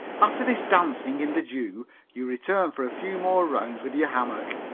after this dancing in the dew you return for a few more rounds with your hammock,